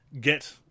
get